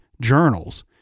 journals